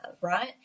right